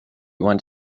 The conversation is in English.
want